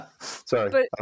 Sorry